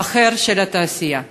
אחר של התעשייה.